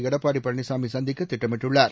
எடப்பாடிபழனிசாமிசந்திக்கதிட்டமிட்டுள்ளார்